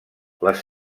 les